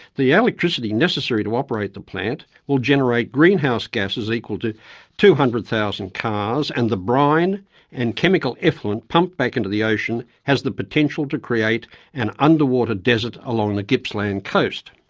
the yeah electricity necessary to operate the plant will generate greenhouse gases equal to two hundred thousand cars and the brine and chemical effluent pumped back into the ocean has the potential to create an underwater desert along the gippsland coast.